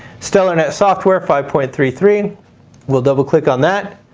stellarnet software five point three three we'll double click on that.